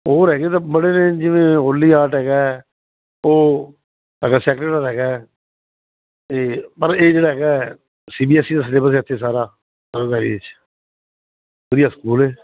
ਹੋਰ ਹੈਗੇ ਤਾਂ ਬੜੇ ਨੇ ਜਿਵੇਂ ਹੋਲੀ ਆਰਟ ਹੈਗਾ ਉਹ ਅਗਰਸੈਕਰਟਲ ਹੈਗਾ ਤੇ ਪਰ ਇਹ ਜਿਹੜਾ ਹੈਗਾ ਸੀਬੀਐਸਈ ਦਾ ਸਲੇਬਸ ਐ ਇੱਥੇ ਸਾਰਾ ਸਰਵਅਧਿਕਾਰੀ ਚ ਵਧੀਆ ਸਕੂਲ ਏ